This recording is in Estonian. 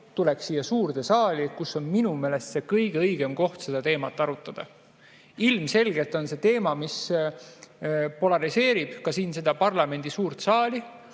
tuleks siia suurde saali, kus on minu meelest kõige õigem koht seda teemat arutada. Ilmselgelt on see teema, mis polariseerib ka parlamendi suurt saali,